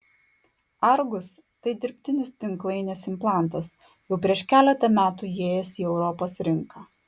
argus tai dirbtinis tinklainės implantas jau prieš keletą metų įėjęs į europos rinką